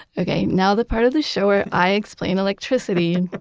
okay. now, the part of the show where i explain electricity.